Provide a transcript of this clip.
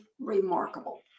remarkable